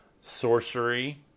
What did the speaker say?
Sorcery